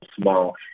small